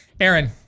Aaron